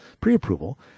pre-approval